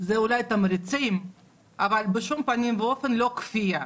זה אולי תמריצים, אבל בשום פנים ואופן לא כפייה.